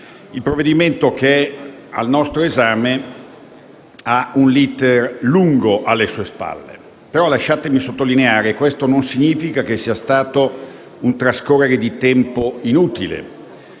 il provvedimento che è al nostro esame ha un iter lungo alle sue spalle, ma lasciatemi sottolineare che questo non significa che sia stato un trascorrere di tempo inutile.